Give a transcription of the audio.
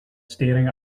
staring